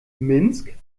minsk